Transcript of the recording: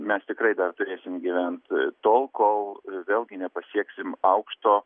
mes tikrai dar turėsim gyvent tol kol vėlgi nepasieksim aukšto